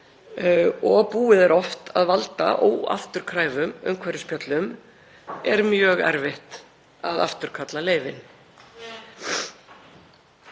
oft búið að valda óafturkræfum umhverfisspjöllum er mjög erfitt að afturkalla leyfin.